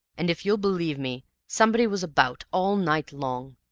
and, if you'll believe me, somebody was about all night long!